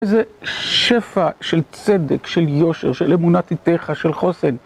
איזה שפע של צדק, של יושר, של אמונת עתיך, של חוסן.